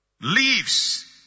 Leaves